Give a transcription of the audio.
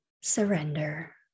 surrender